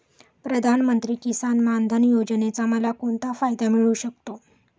प्रधानमंत्री किसान मान धन योजनेचा मला कोणता फायदा मिळू शकतो?